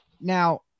now